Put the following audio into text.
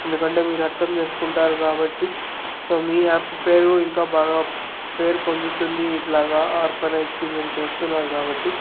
ఎందుకంటే మీరు అర్థం చేసుకుంటారు కాబట్టి సో మీ యాప్ పేరు ఇంకా బాగా పేరు పొందుతుంది ఇట్లాగా ఆర్ఫనైజ్కి మీరు చేస్తున్నారు కాబట్టి